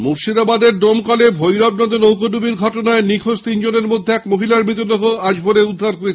মুর্শিদাবাদের ডোমকলে ভৈরব নদে নৌকোডুবির ঘটনায় নিখোঁজ তিনজনের মধ্যে এক মহিলার মৃতদেহ আজ ভোরে উদ্ধার হয়েছে